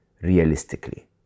realistically